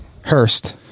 Hurst